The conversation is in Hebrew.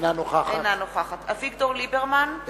אינה נוכחת אביגדור ליברמן,